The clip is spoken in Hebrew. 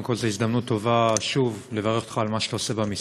קודם כול זאת הזדמנות טובה לברך אותך שוב על מה שאתה עושה במשרד.